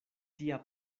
tia